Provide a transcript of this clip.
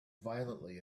violently